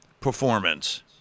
performance